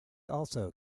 also